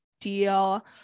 deal